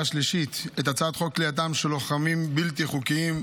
השלישית את הצעת חוק כליאתם של לוחמים בלתי חוקיים,